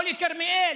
או לכרמיאל,